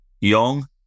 young